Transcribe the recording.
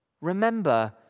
Remember